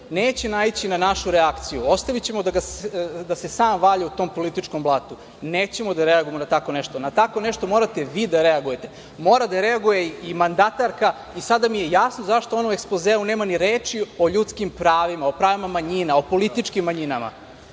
neće naići na našu reakciju. Ostavićemo da se sam valja u tom političkom blatu. Nećemo da reagujemo na tako nešto. Na tako nešto morate vi da reagujete. Mora da reaguje i mandatarka i sada mi je jasno zašto ona u ekspozeu nema ni reči o ljudskim pravima, o pravima manjina, o političkim manjinama.